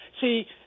See